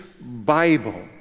Bible